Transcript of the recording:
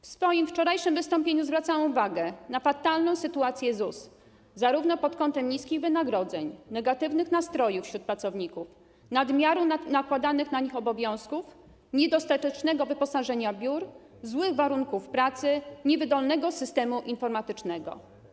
W swoim wczorajszym wystąpieniu zwracałam uwagę na fatalną sytuację ZUS, zarówno pod kątem niskich wynagrodzeń, negatywnych nastrojów wśród pracowników, nadmiaru nakładanych na nich obowiązków, niedostatecznego wyposażenia biur, złych warunków pracy, jak i niewydolnego systemu informatycznego.